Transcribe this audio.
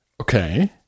Okay